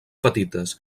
petites